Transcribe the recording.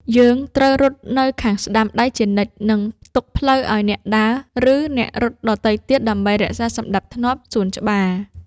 យើងត្រូវរត់នៅខាងស្ដាំដៃជានិច្ច និងទុកផ្លូវឱ្យអ្នកដើរ ឬអ្នករត់ដទៃទៀត ដើម្បីរក្សាសណ្ដាប់ធ្នាប់សួនច្បារ។